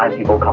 um people